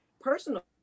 personal